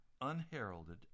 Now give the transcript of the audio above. unheralded